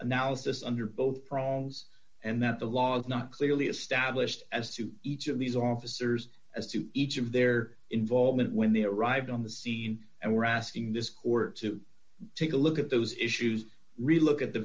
analysis under both problems and that the law is not clearly established as to each of these officers as to each of their involvement when they arrived on the scene and we're asking this court to take a look at those issues really look at the